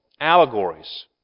allegories